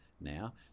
now